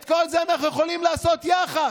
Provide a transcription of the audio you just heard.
את כל זה אנחנו יכולים לעשות יחד.